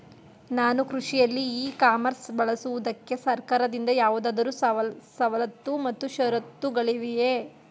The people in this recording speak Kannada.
ನಾನು ಕೃಷಿಯಲ್ಲಿ ಇ ಕಾಮರ್ಸ್ ಬಳಸುವುದಕ್ಕೆ ಸರ್ಕಾರದಿಂದ ಯಾವುದಾದರು ಸವಲತ್ತು ಮತ್ತು ಷರತ್ತುಗಳಿವೆಯೇ?